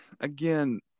Again